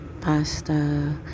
pasta